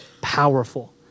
powerful